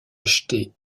acheté